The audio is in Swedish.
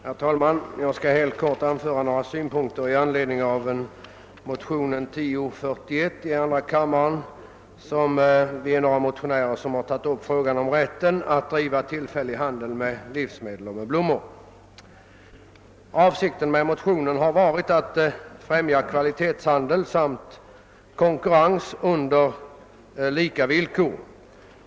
Herr talman! Jag vill helt kort anföra några synpunkter med anledning av motionen: II: 1941, i vilken har tagits upp frågan om rätten att driva tillfällig handel med livsmedel och blommor. Avsikten med motionen har varit att främja kvalitetshandeln samt att få till stånd konkurrens på lika villkor.